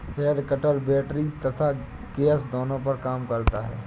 head cutter battery तथा gas दोनों पर काम करता है